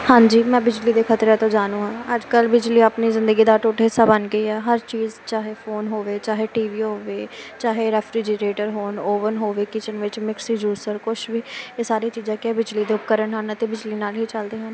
ਹਾਂਜੀ ਮੈਂ ਬਿਜਲੀ ਦੇ ਖਤਰਿਆਂ ਤੋਂ ਜਾਣੂ ਹਾਂ ਅੱਜ ਕੱਲ੍ਹ ਬਿਜਲੀ ਆਪਣੀ ਜ਼ਿੰਦਗੀ ਦਾ ਅਟੁੱਟ ਹਿੱਸਾ ਬਣ ਗਈ ਆ ਹਰ ਚੀਜ਼ ਚਾਹੇ ਫੋਨ ਹੋਵੇ ਚਾਹੇ ਟੀ ਵੀ ਹੋਵੇ ਚਾਹੇ ਰੈਫਰੀਜੀਰੇਟਰ ਹੋਣ ਓਵਨ ਹੋਵੇ ਕਿਚਨ ਵਿੱਚ ਮਿਕਸੀ ਜੂਸਰ ਕੁਛ ਵੀ ਇਹ ਸਾਰੀਆਂ ਚੀਜ਼ਾਂ ਕੀ ਆ ਬਿਜਲੀ ਦੇ ਉਪਕਰਣ ਹਨ ਅਤੇ ਬਿਜਲੀ ਨਾਲ ਹੀ ਇਹ ਚੱਲਦੇ ਹਨ